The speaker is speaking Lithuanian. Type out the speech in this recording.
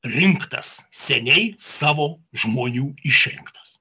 rinktas seniai savo žmonių išrinktas